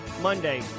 Monday